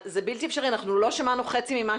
לא, לא, ממש לא.